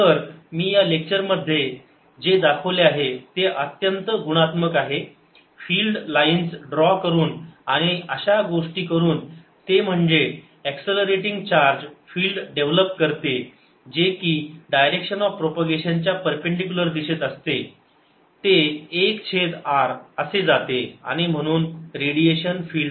तर मी या लेक्चर मध्ये जे दाखवले आहे ते अत्यंत गुणात्मक आहे फिल्ड लाईन्स ड्रॉ करून आणि अशा गोष्टी करून ते म्हणजे एक्सलरीटिंग चार्ज फिल्ड डेव्हलप करतो जे की डायरेक्शन ऑफ प्रोपागेशन च्या परपेंडीकुलर दिशेत असते ते 1 छेद r असे जाते आणि म्हणून रेडिएशन फिल्ड आहे